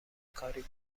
کاری